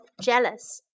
jealous